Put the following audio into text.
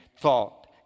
thought